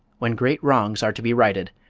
when great wrongs are to be righted,